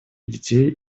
детей